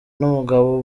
n’umugabo